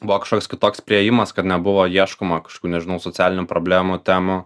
buvo kažkoks kitoks priėjimas kad nebuvo ieškoma kažkokių nežinau socialinių problemų temų